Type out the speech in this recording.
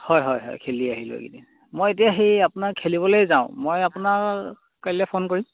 হয় হয় হয় খেলি আহিলোঁ এইকেইদিন মই এতিয়া সেই আপোনাৰ খেলিবলৈ যাওঁ মই আপোনাৰ কাইলৈ ফোন কৰিম